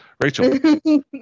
Rachel